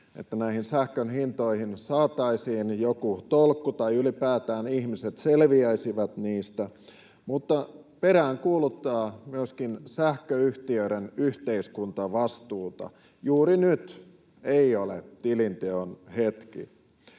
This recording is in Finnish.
että näihin sähkön hintoihin saataisiin joku tolkku tai ylipäätään ihmiset selviäisivät niistä, mutta peräänkuuluttaa myöskin sähköyhtiöiden yhteiskuntavastuuta. Juuri nyt ei ole tilinteon hetki.